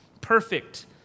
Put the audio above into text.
perfect